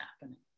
happening